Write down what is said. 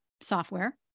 software